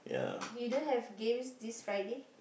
didn't have gang this Friday